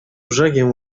brzegiem